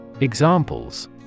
Examples